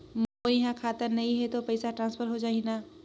मोर इहां खाता नहीं है तो पइसा ट्रांसफर हो जाही न?